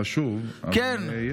זה חשוב, אבל יש זמנים.